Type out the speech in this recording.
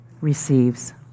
receives